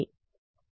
విద్యార్థి నిజమే